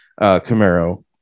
camaro